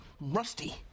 rusty